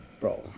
Bro